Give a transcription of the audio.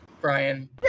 Brian